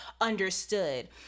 understood